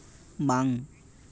ᱵᱟᱝ